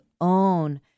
own